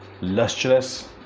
lustrous